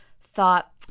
thought